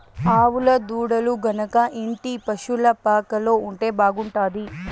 ఆవుల దూడలు గనక ఇంటి పశుల పాకలో ఉంటే బాగుంటాది